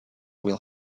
will